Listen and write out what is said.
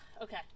okay